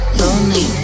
lonely